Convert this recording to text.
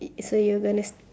uh so you're gonna st~